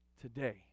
today